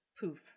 Poof